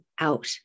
out